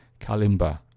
Kalimba